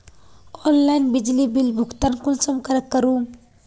Online बिजली bill भुगतान कुंसम करे करूम?